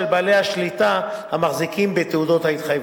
בעלי שליטה המחזיקים בתעודות התחייבות.